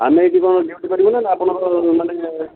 ଆମେ ଏଇଠି କ'ଣ ଡ୍ୟୁଟି କରିବୁ ନା ଆପଣଙ୍କର ମାନେ